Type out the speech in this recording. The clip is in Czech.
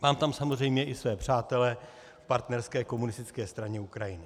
Mám tam samozřejmě i své přátele v partnerské Komunistické straně Ukrajiny.